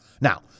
Now